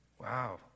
Wow